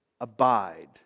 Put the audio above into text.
Abide